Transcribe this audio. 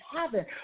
heaven